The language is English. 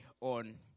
on